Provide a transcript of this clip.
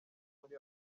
muri